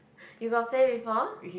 you got play before